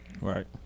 Right